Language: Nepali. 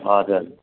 हजुर